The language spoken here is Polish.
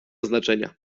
znaczenia